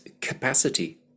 capacity